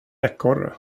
ekorre